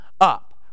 up